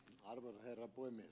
arvoisa herra puhemies